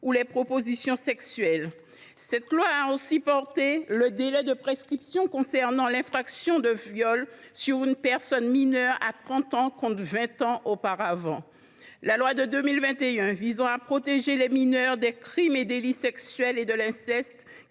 ou les propositions sexuelles. Cette loi a aussi porté le délai de prescription concernant l’infraction de viol sur mineur à trente ans, contre vingt ans auparavant. La loi du 21 avril 2021 visant à protéger les mineurs des crimes et délits sexuels et de l’inceste